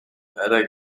арай